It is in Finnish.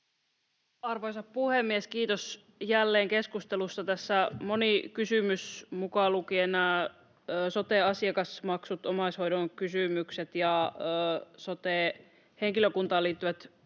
Arvoisa puhemies! Kiitos jälleen keskustelusta. Tässä moni kysymys, mukaan lukien sote-asiakasmaksut, omaishoidon kysymykset ja sote-henkilökuntaan liittyvät